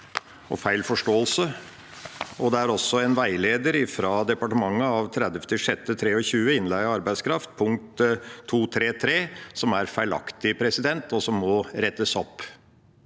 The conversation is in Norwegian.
og feil forståelse. Det er også en veileder fra departementet av 30. juni 2023, Innleie av arbeidskraft, punkt 2.3.3, som er feilaktig, og som må rettes opp.